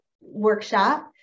workshop